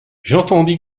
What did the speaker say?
j’entendis